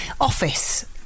office